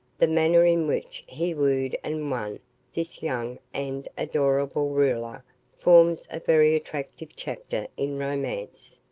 the manner in which he wooed and won this young and adorable ruler forms a very attractive chapter in romance,